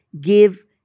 give